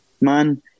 man